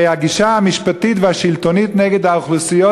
הרי הגישה המשפטית והשלטונית נגד האוכלוסיות